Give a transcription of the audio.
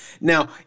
Now